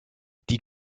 die